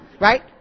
Right